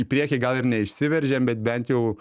į priekį gal ir neišsiveržėm bet bent jau